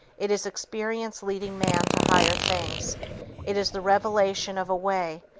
it is experience leading man to higher things it is the revelation of a way,